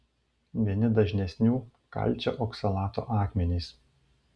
vieni dažnesnių kalcio oksalato akmenys